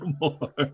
more